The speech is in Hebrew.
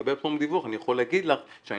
לגבי הפטור מדיווח אני יכול להגיד לך שאני